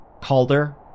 Calder